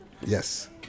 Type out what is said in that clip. Yes